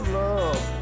love